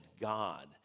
God